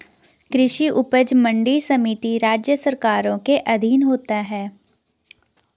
कृषि उपज मंडी समिति राज्य सरकारों के अधीन होता है